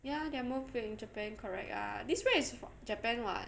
ya they are both made in japan correct ah this one is japan [what]